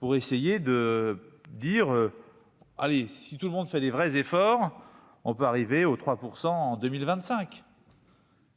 pour essayer de dire allez, si tout le monde fait des vrais efforts on peut arriver aux 3 % en 2025.